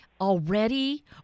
already